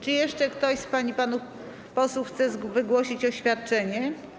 Czy jeszcze ktoś z pań i panów posłów chce wygłosić oświadczenie?